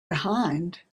behind